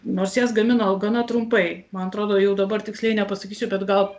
nors jas gamino gana trumpai man atrodo jau dabar tiksliai nepasakysiu bet gal